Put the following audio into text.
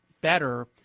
better